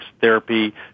therapy